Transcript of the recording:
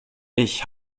ich